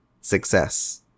success